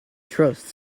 trust